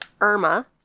Irma